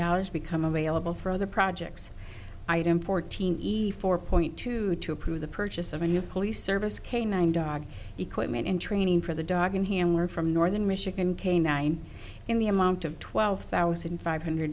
dollars become available for other projects item fourteen easy for point two to approve the purchase of a new police service k nine dog equipment and training for the dog and handler from northern michigan canine in the amount of twelve thousand five hundred